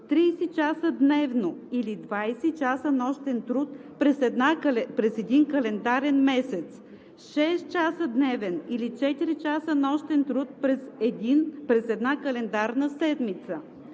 30 часа дневно или 20 часа нощен труд през един календарен месец; 6 часа дневен или 4 часа нощен труд през една календарна седмица;